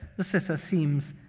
the sitter seems